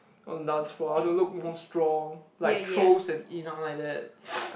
on the dance floor I want to look more strong like throws and in ah like that